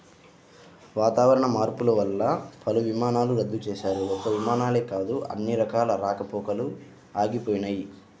వాతావరణ మార్పులు వల్ల పలు విమానాలను రద్దు చేశారు, ఒక్క విమానాలే కాదు అన్ని రకాల రాకపోకలూ ఆగిపోయినయ్